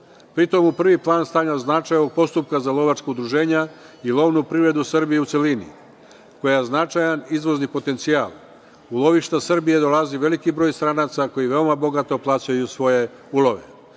Pri tom, u prvi plan stavljam značaj ovog postupka za lovačka udruženja i lovnu privrednu Srbije u celini, koja je značajan izvozni potencijal. U lovišta Srbije dolazi veliki broj stranaca koji veoma bogato plaćaju svoje ulove. Na